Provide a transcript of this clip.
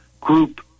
group